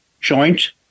joint